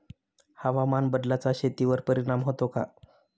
हवामान बदलाचा शेतीवर परिणाम होतो का?